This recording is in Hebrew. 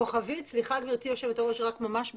כוכבית, סליחה, גברתי יושבת הראש, רק ממש בקטנה,